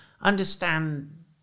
understand